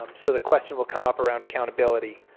um so the question will come up around accountability.